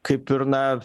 kaip ir na